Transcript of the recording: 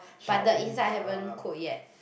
but the inside haven't cooked yet